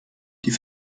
die